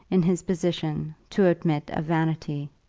in his position, to admit of vanity.